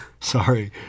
Sorry